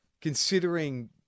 considering